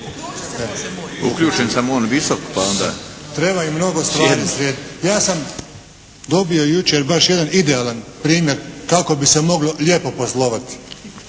papire, nemaju dozvole, trebaju mnogo stvari srediti. Ja sam dobio jučer baš jedan idealan primjer kako bi se moglo lijepo poslovati.